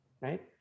right